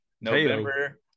November